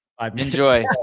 enjoy